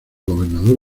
gobernador